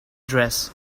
dress